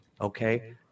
Okay